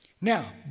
Now